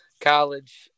college